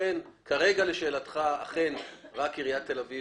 כרגע לשאלתך, אכן רק עיריית תל אביב